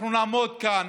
אנחנו נעמוד כאן